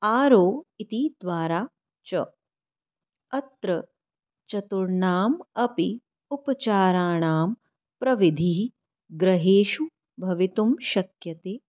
R O इति द्वारा च अत्र चतुर्णामपि उपचाराणां प्रविधिः गृहेषु भवितुं शक्यते